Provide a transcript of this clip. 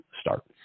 start